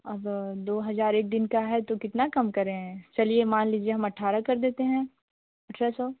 अगर दो हज़ार एक दिन का है तो कितना कम करें चलिए मान लीजिए हम अठारह कर देते हैं अठारह सौ